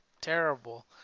terrible